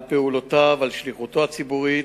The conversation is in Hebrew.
על פעולותיו, על שליחותו הציבורית,